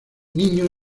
niño